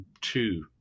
two